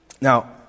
Now